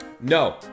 No